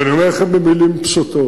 ואני אומר לכם במלים פשוטות: